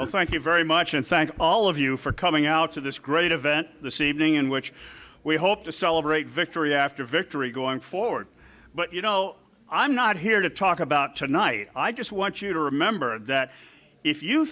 well thank you very much and thank all of you for coming out to this great event the seating in which we hope to celebrate victory after victory going forward but you know i'm not here to talk about tonight i just want you to remember that if you